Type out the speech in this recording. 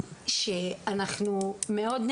המענה הזה ניתן בגלל שהילדים האלה לא מוכרים,